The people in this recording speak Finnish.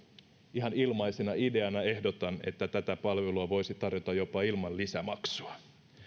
ihan ilmaisena ideana myöskin ehdotan että tätä palvelua voisi tarjota jopa ilman lisämaksua